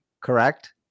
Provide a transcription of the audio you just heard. correct